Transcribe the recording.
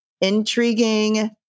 intriguing